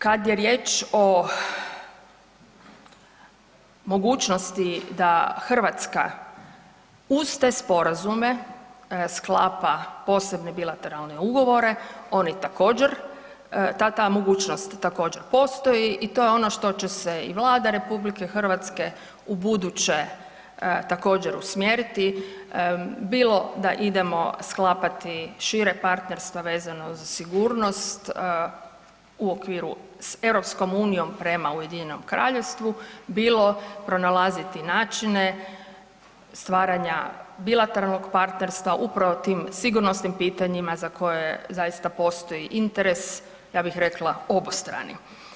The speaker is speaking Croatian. Kad je riječ o mogućnosti da Hrvatska uz te sporazume sklapa posebne bilateralne ugovore, oni također, ta mogućnost također, postoji i to je ono što će se i Vlada RH ubuduće također, usmjeriti, bilo da idemo sklapati šire partnerstvo vezano za sigurnost u okviru s EU prema UK-u, bilo pronalaziti načine stvaranja bilateralnog partnerstva upravo tim sigurnosnim pitanjima za koje zaista postoji interes, ja bih rekla, obostrani.